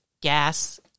gas